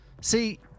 see